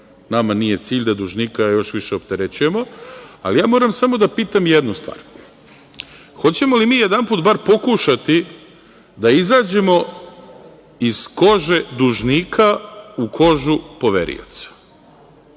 Nama nije cilj da dužnika još više opterećujemo. Moram samo da pitam jednu stvar – hoćemo li bar jedanput pokušati da izađemo iz kože dužnika u kožu poverioca?